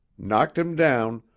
knocked him down,